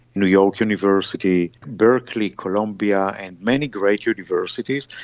new york university, berkeley, columbia and many great universities,